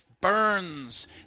burns